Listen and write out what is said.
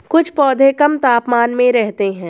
कुछ पौधे कम तापमान में रहते हैं